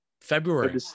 February